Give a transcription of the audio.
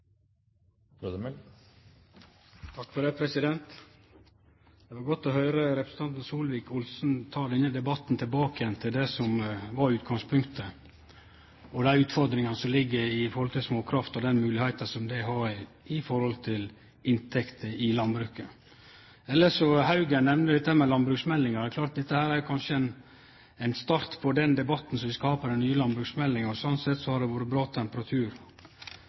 var godt å høyre representanten Solvik-Olsen ta denne debatten tilbake igjen til det som var utgangspunktet, dei utfordringane som ligg i småkraft og dei moglegheitene ein har når det gjeld inntekter i landbruket. Representanten Haugen nemnde landbruksmeldinga. Det er klart at dette kanskje er ein start på den debatten som vi skal ha om den nye landbruksmeldinga. Slik sett har det vore